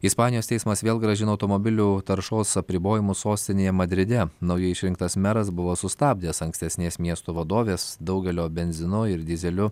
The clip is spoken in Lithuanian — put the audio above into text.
ispanijos teismas vėl grąžino automobilių taršos apribojimus sostinėje madride naujai išrinktas meras buvo sustabdęs ankstesnės miesto vadovės daugelio benzinu ir dyzeliu